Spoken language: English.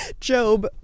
Job